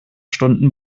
stunden